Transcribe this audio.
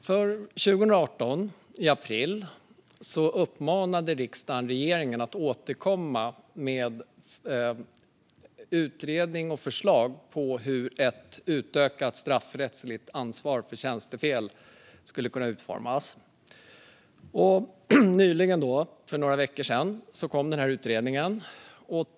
I april 2018 uppmanade riksdagen regeringen att återkomma med utredning och förslag om hur ett utökat straffrättsligt ansvar för tjänstefel skulle kunna utformas. Nyligen, för några veckor sedan, kom utredningen.